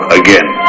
again